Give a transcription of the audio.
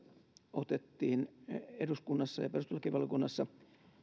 otettiin eduskunnassa ja perustuslakivaliokunnassa